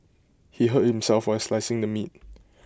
he hurt himself while slicing the meat